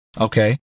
okay